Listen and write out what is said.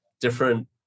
different